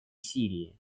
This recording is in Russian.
сирии